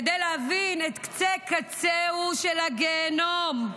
כדי להבין את קצה-קצהו של הגיהינום,